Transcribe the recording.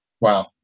Wow